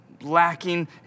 lacking